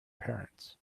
parents